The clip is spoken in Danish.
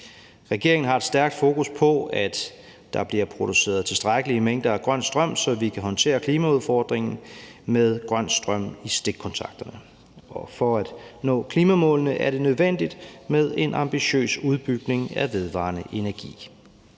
Regeringen har et stærkt fokus på, at der bliver produceret tilstrækkelige mængder af grøn strøm, så vi kan håndtere klimaudfordringen med grøn strøm i stikkontakterne. For at nå klimamålene er det nødvendigt med en ambitiøs udbygning af vedvarende energi.